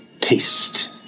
taste